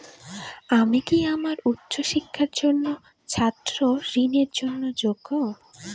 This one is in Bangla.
আমি কি আমার উচ্চ শিক্ষার জন্য ছাত্র ঋণের জন্য যোগ্য?